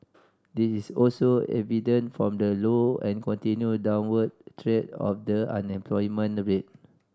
this is also evident from the low and continued downward trend of the unemployment rate